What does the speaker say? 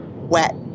wet